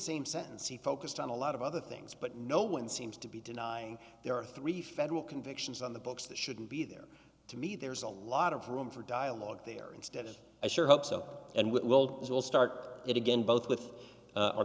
same sentence he focused on a lot of other things but no one seems to be denying there are three federal convictions on the books that shouldn't be there to be there's a lot of room for dialogue there instead of i sure hope so and weld will start it again both with